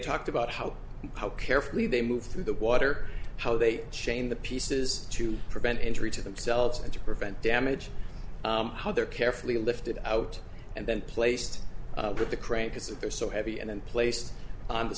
talked about how how carefully they move through the water how they chain the pieces to prevent injury to themselves and to prevent damage how they're carefully lifted out and then placed with the crane because they're so heavy and in place on the